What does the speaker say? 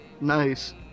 nice